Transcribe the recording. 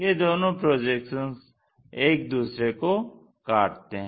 ये दोनों प्रोजेक्शन्स एक दूसरे को काटते हैं